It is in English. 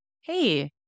hey